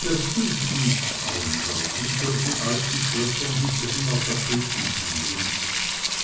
das hilft nichts armgard in solchen alten schlössern gibt es immer tapetentüren